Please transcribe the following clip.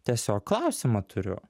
tiesiog klausimą turiu